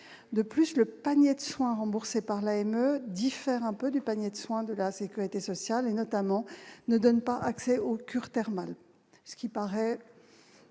De plus, le panier de soins remboursés par l'AME diffère un peu du panier de soins de la sécurité sociale. Il ne donne pas accès, par exemple, aux cures thermales, ce qui paraît